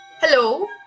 Hello